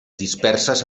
disperses